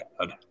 God